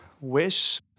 wish